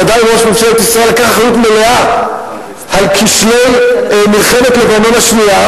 ודאי ראש ממשלת ישראל לקח אחריות מלאה על כשלי מלחמת לבנון השנייה,